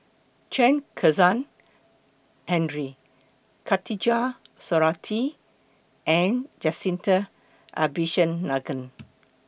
Chen Kezhan Henri Khatijah Surattee and Jacintha Abisheganaden